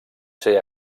ser